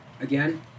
again